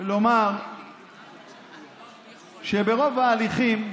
לומר שברוב ההליכים,